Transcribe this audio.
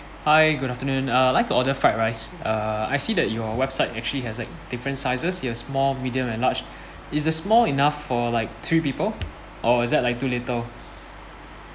hi good afternoon uh I'd like to order fried rice uh I see that your website actually has uh different sizes you have small medium and large is a small enough for like three people or is it like too little